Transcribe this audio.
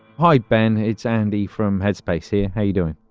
hi, ben. it's andy from headspace here. how you doing?